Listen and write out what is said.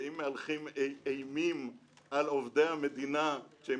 ואם מהלכים אימים על עובדי המדינה כשהם